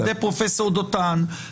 על ידי פרופ' דותן -- גלעד,